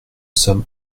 sommes